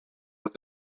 what